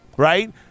right